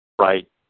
Right